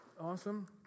Awesome